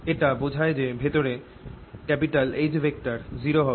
এটা বোঝায় যে ভেতরে H ভেতরে 0 হবে